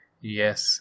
yes